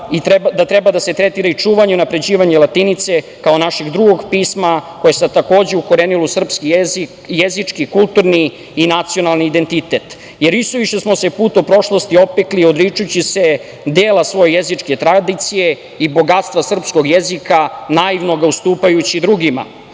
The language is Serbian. da treba da se tretira i čuvanje i unapređivanje latinice kao našeg drugog pisma koje se takođe ukorenilo u srpski jezički, kulturni i nacionalni identitet. Isuviše smo se u prošlosti opekli odričući se dela svoje jezičke tradicije i bogatstva srpskog jezika, naivno ga ustupajući drugima.